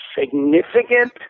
Significant